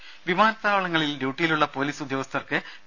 രുമ വിമാനത്താവളങ്ങളിൽ ഡ്യൂട്ടിയിലുളള പോലീസ് ഉദ്യോഗസ്ഥർക്ക് പി